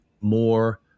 more